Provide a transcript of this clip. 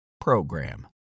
PROGRAM